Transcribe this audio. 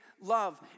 Love